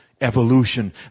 evolution